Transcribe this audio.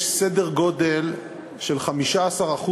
יש סדר גודל של 15%